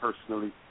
personally